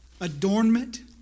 adornment